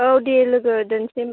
औ दे लोगो दोनसै